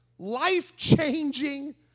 life-changing